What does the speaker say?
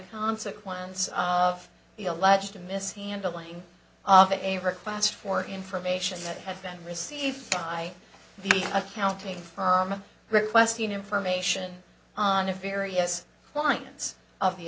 consequence of the alleged mishandling of a request for information that had been received by the accounting requesting information on the various clients of the